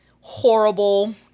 horrible